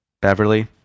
Beverly